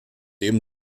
eben